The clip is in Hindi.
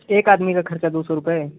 एक आदमी का ख़र्चा दो सौ रुपये